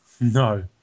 No